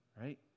Right